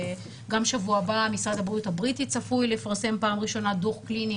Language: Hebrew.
שבוע הבא משרד הבריאות הבריטי צפוי לפרסם בפעם הראשונה דוח קליני,